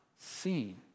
seen